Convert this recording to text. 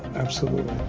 absolutely.